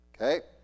Okay